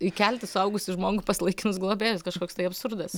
įkelti suaugusį žmogų pas laikinus globėjus kažkoks tai absurdas